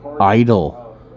Idle